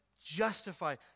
justified